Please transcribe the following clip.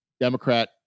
Democrat